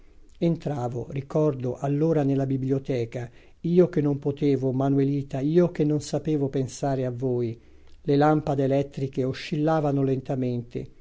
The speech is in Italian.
entravo ricordo allora nella biblioteca io che non potevo manuelita io che non sapevo pensare a voi le lampade elettriche oscillavano lentamente